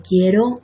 quiero